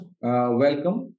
welcome